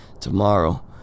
Tomorrow